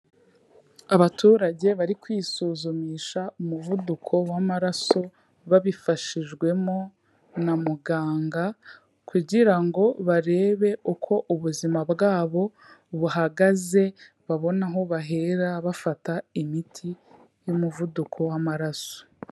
Abaturage bari kwisuzumisha umuvuduko w'amaraso babifashijwemo na muganga kugira ngo barebe uko ubuzima bwabo buhagaze, babone aho bahera bafata imiti y'umuvuduko w'amaraso.